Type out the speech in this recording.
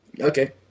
Okay